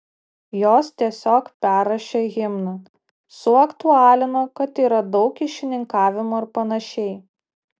jos tiesiog perrašė himną suaktualino kad yra daug kyšininkavimo ir panašiai